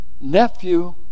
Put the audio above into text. nephew